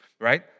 right